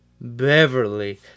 Beverly